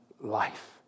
life